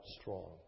strong